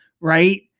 right